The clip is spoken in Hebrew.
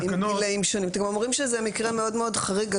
אתם אומרים שזה מקרה מאוד מאוד חריג.